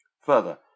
Further